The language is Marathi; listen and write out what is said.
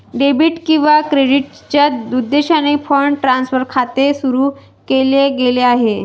डेबिट किंवा क्रेडिटच्या उद्देशाने फंड ट्रान्सफर खाते सुरू केले गेले आहे